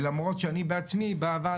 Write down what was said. למרות שאני בעצמי בעבר,